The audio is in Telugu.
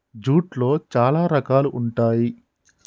జూట్లో చాలా రకాలు ఉంటాయి